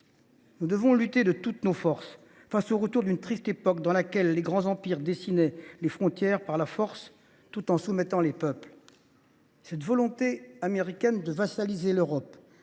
Nous devons lutter de toutes nos forces face au retour à une triste époque au cours de laquelle les grands empires dessinaient les frontières par la force tout en soumettant les peuples. Cette volonté américaine de vassaliser l’Europe